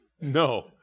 No